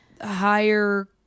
higher